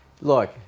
Look